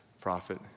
prophet